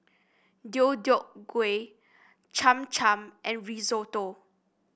Deodeok Gui Cham Cham and Risotto